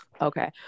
Okay